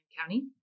County